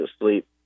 asleep